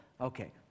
okay